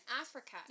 Africa